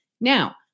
Now